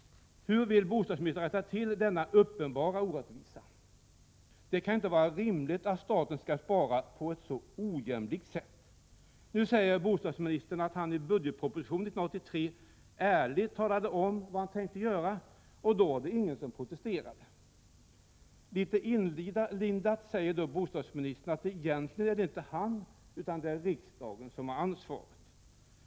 Hur vill bostadsministern rätta till denna uppenbara orättvisa? Det kan inte vara rimligt att staten skall spara på ett så ojämlikt sätt! Nu säger bostadsministern att han i budgetpropositionen 1983 ärligt talade om vad han tänkte göra, och då var det ingen som protesterade. Litet inlindat säger bostadsministern att det egentligen inte är han utan riksdagen som är ansvarig.